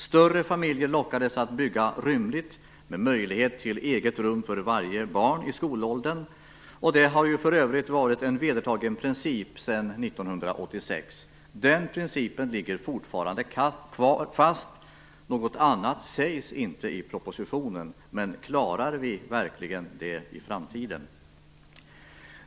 Större familjer lockades att bygga rymligt med möjlighet till eget rum för varje barn i skolåldern. Det har för övrigt varit en vedertagen princip sedan 1986. Den principen ligger fortfarande fast. Något annat sägs inte i propositionen. Men klarar vi verkligen det i framtiden?